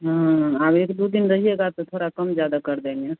हाँ आप एक दो दिन रहिएगा तो थोड़ा कम ज़्यादा कर देंगे